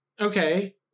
Okay